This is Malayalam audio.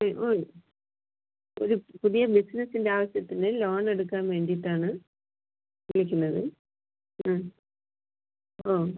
ചെയ്യാൻ ഒരു പുതിയ ബിസിനസ്സിൻറ്റാവശ്യത്തിന് ലോണെടുക്കാൻ വേണ്ടീട്ടാണ് വിളിക്കുന്നത് ആ ഓ